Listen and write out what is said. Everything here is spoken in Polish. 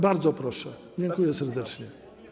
Bardzo proszę, dziękuję serdecznie.